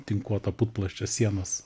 tinkuoto putplasčio sienos